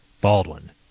Baldwin